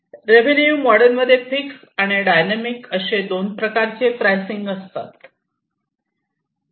revenue model मध्ये fix आणि dynamic असे दोन प्रकारचे प्राईसिंग असतात